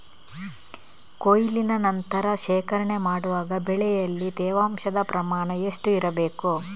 ಕೊಯ್ಲಿನ ನಂತರ ಶೇಖರಣೆ ಮಾಡುವಾಗ ಬೆಳೆಯಲ್ಲಿ ತೇವಾಂಶದ ಪ್ರಮಾಣ ಎಷ್ಟು ಇರಬೇಕು?